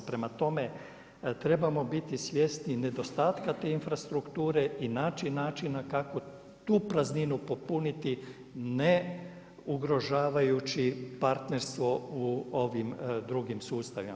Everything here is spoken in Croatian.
Prema tome, trebamo biti svjesni nedostatka te infrastrukture i naći način kako tu prazninu popuniti ne ugrožavajući partnerstvo u ovim drugim sustavima.